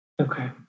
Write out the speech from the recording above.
Okay